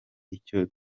icyo